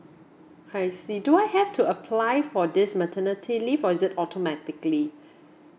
I see do I have to apply for this maternity leave or is it automatically